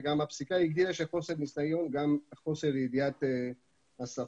הפסיקה הגדירה שחוסר ניסיון הוא גם חוסר ידיעת השפה.